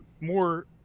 more